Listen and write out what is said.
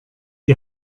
die